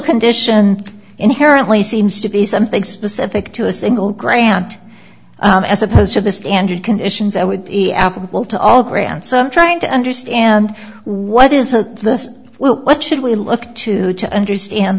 condition inherently seems to be something specific to a single grant as opposed to the standard conditions that would be applicable to all grant some trying to understand what is a this what should we look to to understand